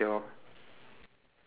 oh yours is just toy shop